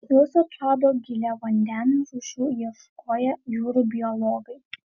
juos atrado giliavandenių rūšių ieškoję jūrų biologai